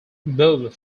moved